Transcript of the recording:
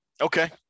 Okay